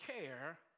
care